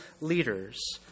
leaders